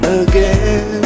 again